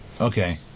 Okay